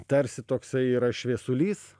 tarsi toksai yra šviesulys